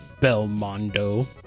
Belmondo